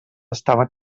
estaven